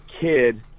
kid